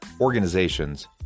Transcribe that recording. organizations